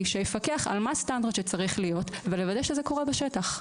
שיפקח על הסטנדרט שצריך להיות ולוודא שזה קורה בשטח.